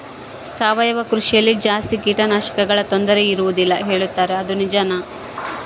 ಸಾವಯವ ಕೃಷಿಯಲ್ಲಿ ಜಾಸ್ತಿ ಕೇಟನಾಶಕಗಳ ತೊಂದರೆ ಇರುವದಿಲ್ಲ ಹೇಳುತ್ತಾರೆ ಅದು ನಿಜಾನಾ?